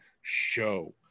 show